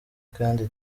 kandi